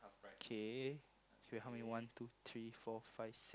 k k how many one two three four five six